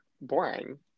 boring